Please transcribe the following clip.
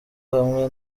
hamwe